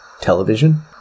television